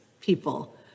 people